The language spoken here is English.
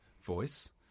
voice